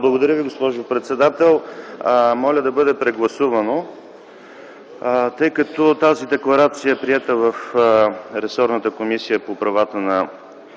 Благодаря Ви, госпожо председател. Моля да бъде прегласувано, тъй като тази декларация е приета в ресорната Комисия по правата на